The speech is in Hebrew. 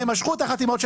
והם משכו את החתימות שלהם.